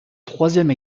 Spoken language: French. troisième